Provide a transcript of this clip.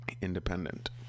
Independent